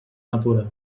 natura